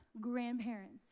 grandparents